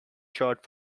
short